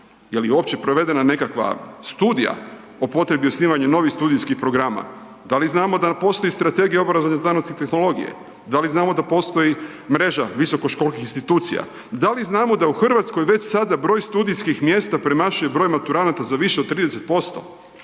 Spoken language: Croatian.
Je li uopće provedena nekakva studija o potrebi osnivanja novih studijskih programa? Da li znamo da nam postoji Strategija obrazovanja, znanosti i tehnologije? Da li znamo da postoji mreža visokoškolskih institucija? Da li znamo da u Hrvatskoj već sada broj studijskih mjesta premašuje broj maturanata za više od 30%